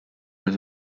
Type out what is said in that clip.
was